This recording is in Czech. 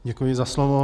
Děkuji za slovo.